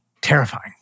terrifying